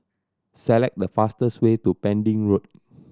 select the fastest way to Pending Road